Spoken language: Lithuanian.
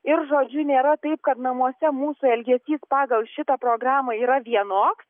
ir žodžiu nėra taip kad namuose mūsų elgesys pagal šitą programą yra vienoks